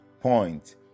point